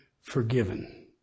forgiven